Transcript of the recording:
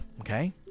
okay